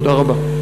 תודה רבה.